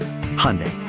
Hyundai